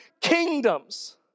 kingdoms